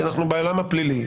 כי אנו בעולם הפלילי,